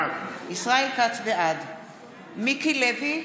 בעד מיקי לוי,